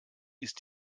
ist